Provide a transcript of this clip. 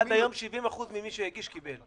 תראה, עד היום 70% ממי שהגיש, קיבל.